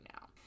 now